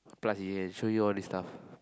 plus he can show you all this stuff